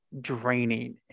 draining